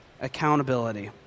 accountability